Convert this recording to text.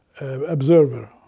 observer